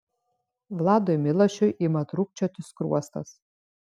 vladui milašiui ima trūkčioti skruostas